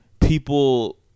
people